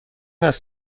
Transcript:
است